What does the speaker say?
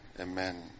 Amen